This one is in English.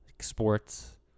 sports